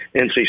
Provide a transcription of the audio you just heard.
NC